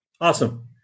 Awesome